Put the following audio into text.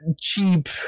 cheap